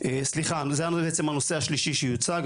סליחה זה הנושא השלישי שיוצג.